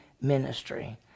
ministry